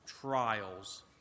trials